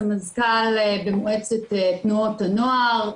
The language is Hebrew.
סמזכ"ל במועצת תנועות הנוער,